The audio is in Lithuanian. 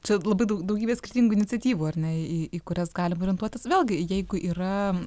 čia labai daug daugybė skirtingų iniciatyvų ar ne į į kurias galime orientuotis vėlgi jeigu yra